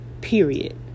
period